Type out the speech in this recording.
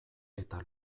eta